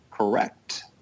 Correct